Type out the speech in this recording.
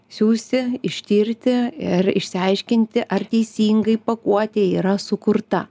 siųsti ištirti ir išsiaiškinti ar teisingai pakuotė yra sukurta